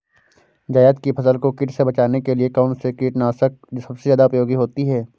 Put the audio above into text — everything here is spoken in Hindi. जायद की फसल को कीट से बचाने के लिए कौन से कीटनाशक सबसे ज्यादा उपयोगी होती है?